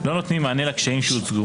לא נותנים מענה לקשיים שהוצגו